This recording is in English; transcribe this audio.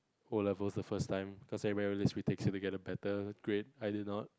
O levels the first time cause everybody retake to get a better grade I did not